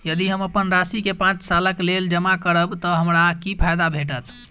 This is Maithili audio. यदि हम अप्पन राशि केँ पांच सालक लेल जमा करब तऽ हमरा की फायदा भेटत?